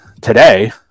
today